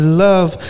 love